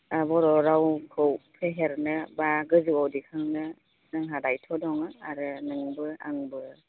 बर' रावखौ फेहेरनो बा गोजौआव दैखांनो जोंहा दायथ' दङ आरो नोंबो आंबो